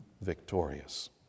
victorious